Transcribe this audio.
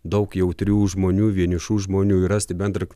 daug jautrių žmonių vienišų žmonių ir rasti bendrą